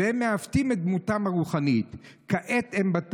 ועל כך שהם מעוותים את דמותם הרוחנית.